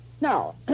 Now